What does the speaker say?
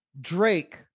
Drake